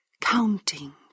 counting